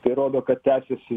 tai rodo kad tęsiasi